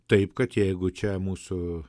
taip kad jeigu čia mūsų